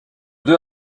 deux